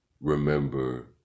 remember